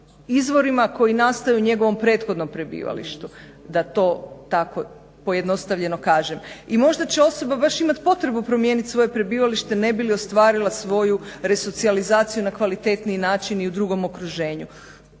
izvorima koji nastaju i u njegovom prethodnom prebivalištu da to tako pojednostavljeno kažem. I možda će osoba baš imati potrebu promijeniti svoje prebivalište ne bi li ostvarila svoju resocijalizaciju na kvalitetniji način i u drugom okruženju.